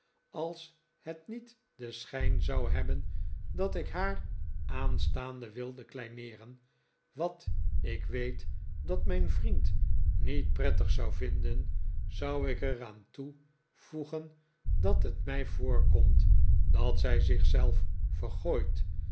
als het niet den schijn zou hebben dat ik haar aanstaande wilde kleineeren wat ik weet dat mijn vriend niet prettig zou vinden zou ik er aan toe voegen dat het mij voorkomt dat zij